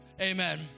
amen